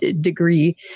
degree